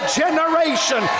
generation